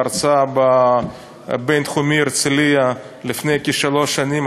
בהרצאה בבין-תחומי הרצליה לפני כשלוש שנים.